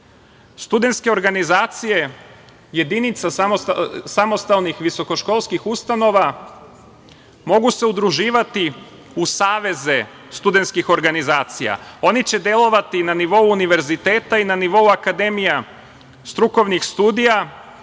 organizacije, jedinica samostalnih visokoškolskih ustanova mogu se udruživati u saveze studentskih organizacija. Oni će delovati na nivou univerziteta i na nivou akademija strukovnih studija